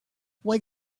what